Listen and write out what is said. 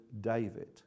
David